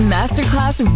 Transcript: Masterclass